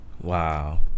Wow